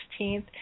16th